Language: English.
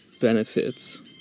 benefits